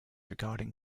regarding